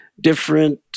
different